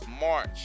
March